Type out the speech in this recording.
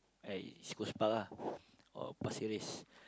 at East-Coast-Park ah or Pasir-Ris